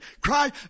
Cry